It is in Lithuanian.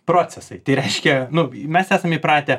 procesai tai reiškia nu mes esam įpratę